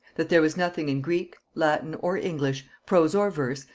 that there was nothing in greek, latin, or english, prose or verse,